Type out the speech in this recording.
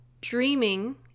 dreaming